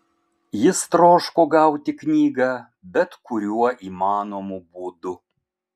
jis troško gauti knygą bet kuriuo įmanomu būdu